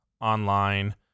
online